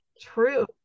true